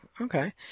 okay